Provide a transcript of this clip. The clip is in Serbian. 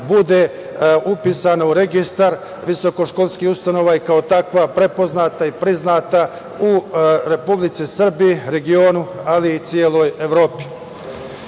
bude upisana u registar visokoškolskih ustanova i kao takva prepoznata i priznata u Republici Srbiji, regionu, ali i celoj Evropi. Godine